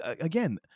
again